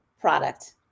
product